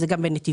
זה גם בנתיבות,